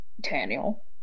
Daniel